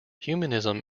humanism